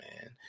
man